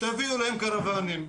תביאו להם קרוונים,